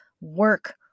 work